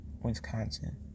Wisconsin